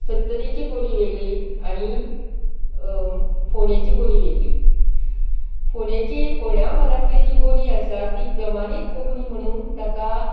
सत्तरीची बोली वेगळी आनी फोंडेची बोली वेगळी फोंडेची फोंड्या म्हालांतली जी बोली आसा ती प्रमाणीक कोंकणी म्हणून ताका